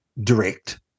direct